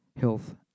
health